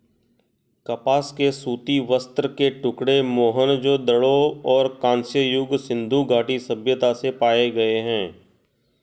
कपास के सूती वस्त्र के टुकड़े मोहनजोदड़ो और कांस्य युग सिंधु घाटी सभ्यता से पाए गए है